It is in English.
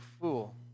fool